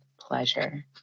pleasure